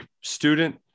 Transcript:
student